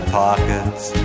pockets